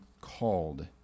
called